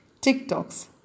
TikToks